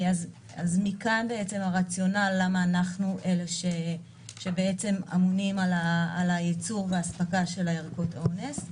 מכאן הרציונל למה אנחנו אלה שאמונים על הייצור והאספקה של ערכות האונס.